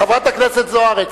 חברת הכנסת זוארץ,